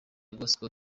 gospel